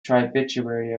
tributary